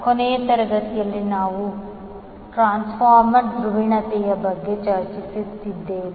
ಕೊನೆಯ ತರಗತಿಯಲ್ಲಿ ನಾವು ಟ್ರಾನ್ಸ್ಫಾರ್ಮರ್ ಧ್ರುವೀಯತೆಯ ಬಗ್ಗೆ ಚರ್ಚಿಸುತ್ತಿದ್ದೇವೆ